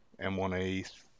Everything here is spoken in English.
m1a